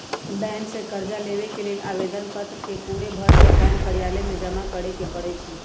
bank से कर्जा लेबे के लेल आवेदन पत्र के पूरे भरके बैंक कर्जालय में जमा करे के परै छै